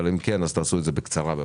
אבל אם כן אז תעשו את זה בקצרה בבקשה.